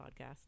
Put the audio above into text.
podcast